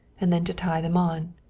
and then to tie them on.